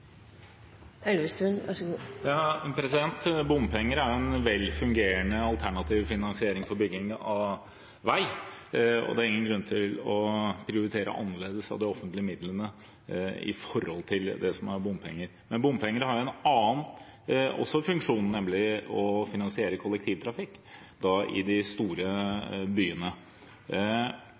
Bompenger er en vel fungerende, alternativ finansiering for bygging av vei, og det er ingen grunn til å prioritere annerledes når det gjelder de offentlige midlene i forhold til bompenger. Men bompenger har også en annen funksjon, nemlig å finansiere kollektivtrafikk i de store byene.